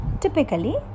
typically